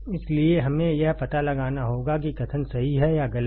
इसलिए हमें यह पता लगाना होगा कि कथन सही है या गलत